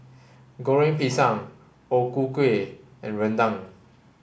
Goreng Pisang O Ku Kueh and Rendang